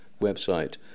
website